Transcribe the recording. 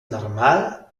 normal